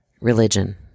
religion